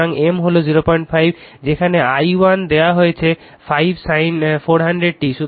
সুতরাং M হল 05 যেখানে i1 দেওয়া হয়েছে 5 sin 400 t